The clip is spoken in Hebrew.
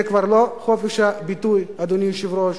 זה כבר לא חופש הביטוי, אדוני היושב-ראש,